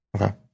Okay